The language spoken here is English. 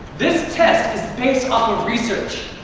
this test is based off of research,